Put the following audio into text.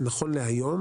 נכון להיום,